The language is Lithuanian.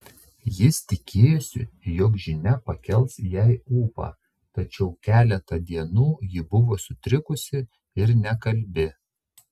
jis tikėjosi jog žinia pakels jai ūpą tačiau keletą dienų ji buvo sutrikusi ir nekalbi